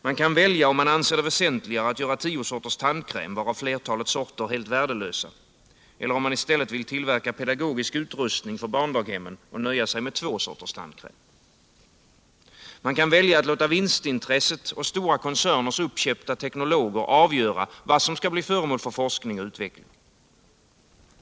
Man kan, om man anser det väsentligt, välja mellan att göra tio sorters tandkräm — varav flertalet sorter helt värdelösa — och att i stället tillverka pedagogisk utrustning för barndaghem och nöja sig med två sorters tandkräm. Man kan välja att låta vinstintresset och stora koncerners uppköpta teknologer avgöra vad som skall bli föremål för forskning och utveckling.